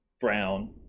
brown